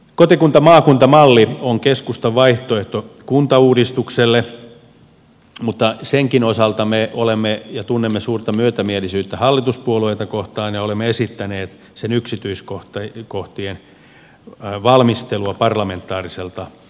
kotikuntamaakunta malli on keskustan vaihtoehto kuntauudistukselle mutta senkin osalta me tunnemme suurta myötämielisyyttä hallituspuolueita kohtaan ja olemme esittäneet sen yksityiskohtien valmistelua parlamentaariselta pohjalta